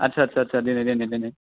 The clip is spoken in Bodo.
आत्सा सा सा देनाय देनाय देनाय